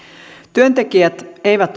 työntekijät eivät